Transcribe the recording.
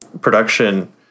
production